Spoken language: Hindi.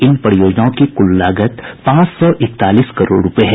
इन परियोजनाओं की कुल लागत पांच सौ इकतालीस करोड़ रुपये है